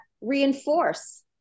reinforce